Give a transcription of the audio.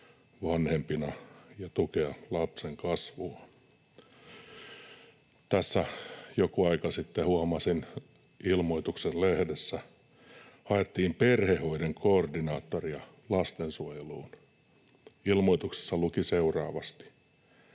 vanhempina ja tukemaan lapsen kasvua. Tässä joku aika sitten huomasin lehdessä ilmoituksen, jossa haettiin perhehoidon koordinaattoria lastensuojeluun. Ilmoituksessa luki seuraavasti: